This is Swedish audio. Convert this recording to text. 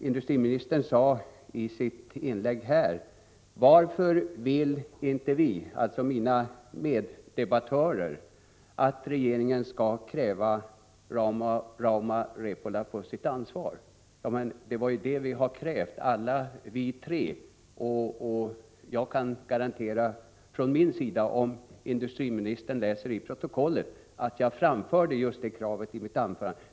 Industriministern ställde i sitt inlägg en fråga: Varför vill inte vi — alltså mina meddebattörer och jag — att regeringen skall kräva Rauma Repola på sitt ansvar? Ja men, det är det vi har krävt alla tre! Jag kan garantera att jag framförde just det kravet, och det kan industriministern se om han läser i protokollet.